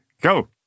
go